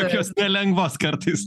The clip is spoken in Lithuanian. tokios nelengvos kartais